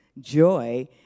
joy